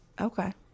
Okay